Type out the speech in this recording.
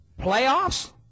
Playoffs